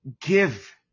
give